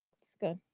it's good.